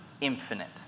infinite